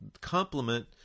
complement